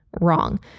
wrong